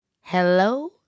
Hello